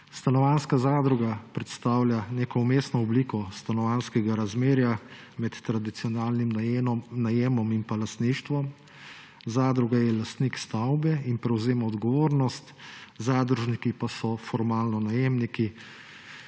Stanovanjska zadruga predstavlja neko vmesno obliko stanovanjskega razmerja med tradicionalnim najemom in lastništvom. Zadruga je lastnik stavbe in prevzema odgovornost, zadružniki pa so formalno najemniki,